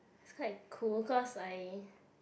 it's quite cool cause I